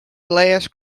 glass